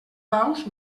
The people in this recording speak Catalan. daus